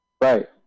Right